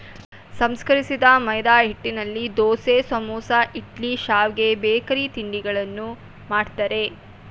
ಸಂಸ್ಕರಿಸಿದ ಮೈದಾಹಿಟ್ಟಿನಲ್ಲಿ ದೋಸೆ, ಸಮೋಸ, ಇಡ್ಲಿ, ಶಾವ್ಗೆ, ಬೇಕರಿ ತಿಂಡಿಗಳನ್ನು ಮಾಡ್ತರೆ